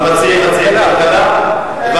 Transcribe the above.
המציעים מציעים כלכלה?